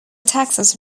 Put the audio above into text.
texas